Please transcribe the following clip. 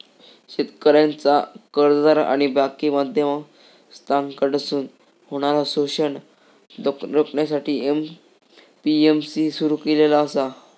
शेतकऱ्यांचा कर्जदार आणि बाकी मध्यस्थांकडसून होणारा शोषण रोखण्यासाठी ए.पी.एम.सी सुरू केलेला आसा